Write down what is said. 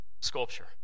sculpture